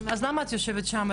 אז למה את יושבת שם?